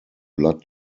blood